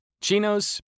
chinos